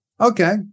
okay